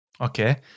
Okay